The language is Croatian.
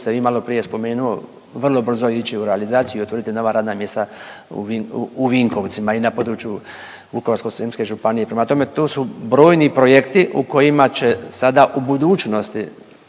ste vi maloprije spomenuo vrlo brzo ići u realizaciju i otvoriti nova radna mjesta u Vinkovcima i na području Vukovarsko-srijemske županije. Prema tome, tu su brojni projekti u kojima će sada u budućnosti